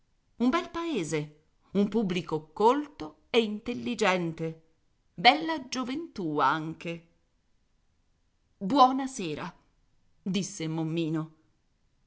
un bel paese un pubblico colto e intelligente bella gioventù anche buona sera disse mommino